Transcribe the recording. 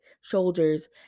shoulders